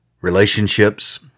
relationships